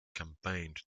campaigned